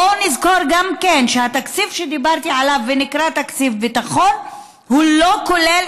בואו נזכור גם כן שהתקציב שדיברתי עליו ונקרא תקציב ביטחון לא כולל